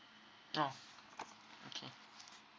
oh okay